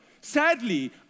Sadly